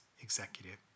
executive